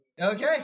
Okay